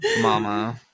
Mama